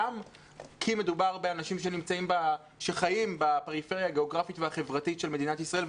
גם כי מדובר באנשים שחיים בפריפריה הגיאוגרפית והחברתית של מדינת ישראל,